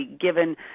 given